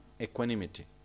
equanimity